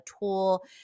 tool